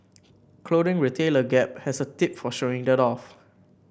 clothing retailer Gap has a tip for showing that off